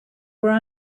were